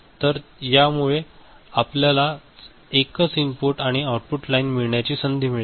तर यामुळे आपल्याला एकच इनपुट आणि आउटपुट लाइन मिळण्याची संधी मिळते